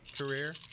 career